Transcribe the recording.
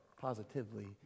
positively